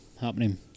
happening